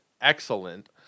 excellent